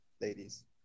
ladies